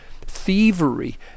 thievery